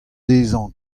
dezhañ